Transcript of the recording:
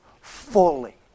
fully